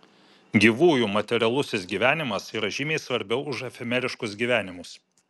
gyvųjų materialusis gyvenimas yra žymiai svarbiau už efemeriškus gyvenimus